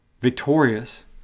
Victorious